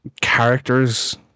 characters